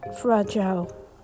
fragile